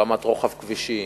ברמת רוחב כבישים,